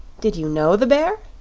did you know the bear?